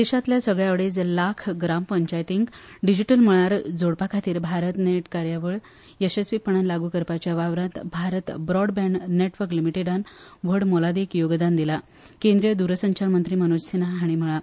देशातल्या सगल्या अडेज लाख ग्रामपंचायतींक डिजिटल मळार जोडपाखातीरची भारत नेट कार्यावळ यशस्वीपणान लागू करपाच्या वावरांत भारत ब्रॉडबँड नेटवर्क लिमिटेडान व्हड मोलादिक योगदान दिलां केंद्रीय द्रसंचार मंत्री मनोज सिन्हा हांणी म्हळां